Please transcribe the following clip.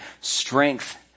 Strength